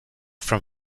from